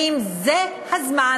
האם זה הזמן,